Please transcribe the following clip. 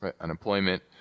unemployment